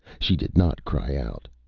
she did not cry out.